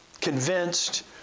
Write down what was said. convinced